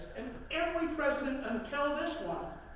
and every president, until this one,